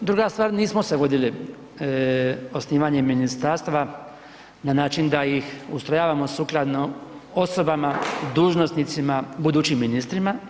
Druga stvar, nismo se vodili osnivanjem ministarstava na način da ih ustrojavamo sukladno osobama dužnosnicima budućim ministrima